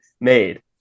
made